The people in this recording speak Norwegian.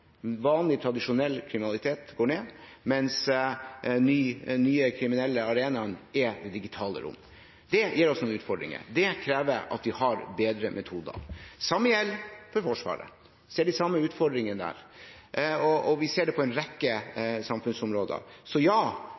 Vanlig, tradisjonell kriminalitet går ned, mens den nye kriminelle arenaen er det digitale rom. Det gir oss noen utfordringer, det krever at vi har bedre metoder. Det samme gjelder for Forsvaret, vi ser de samme utfordringene der. Og vi ser det på en rekke samfunnsområder. Så ja,